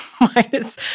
minus